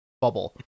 Bubble